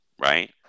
right